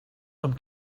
amb